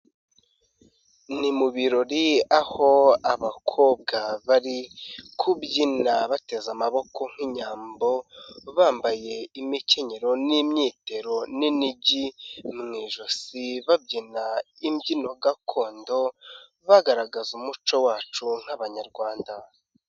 Ni mu birori aho abakobwa bari kubyina bateze amaboko nk'inyambo bambaye imikenyero n'imyitero n'inigi mu ijosi babyina imbyino gakondo bagaragaza umuco wacu nk'Abanyarwanda.